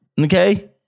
Okay